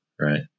right